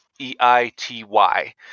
e-i-t-y